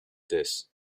this